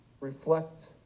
Reflect